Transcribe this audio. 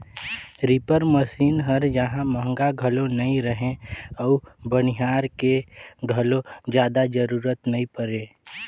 reaper machine हर जहां महंगा घलो नई रहें अउ बनिहार के घलो जादा जरूरत नई परे